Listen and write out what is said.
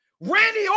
Randy